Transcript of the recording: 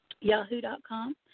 Yahoo.com